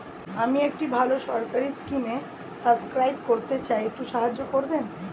আমি একটি ভালো সরকারি স্কিমে সাব্সক্রাইব করতে চাই, একটু সাহায্য করবেন?